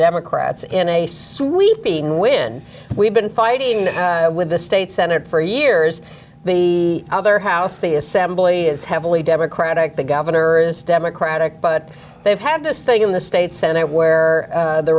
democrats in a sweeping win we've been fighting with the state senate for years the other house the assembly is heavily democratic the governor is democratic but they've had this thing in the state senate where